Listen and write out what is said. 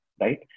right